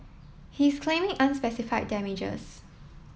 he is claiming unspecified damages